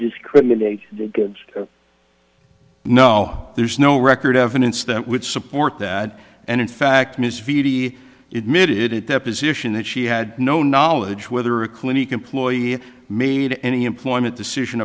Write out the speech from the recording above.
discriminate gives no there's no record evidence that would support that and in fact ms v d it made it a deposition that she had no knowledge whether a clinic employee made any employment decision